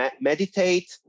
meditate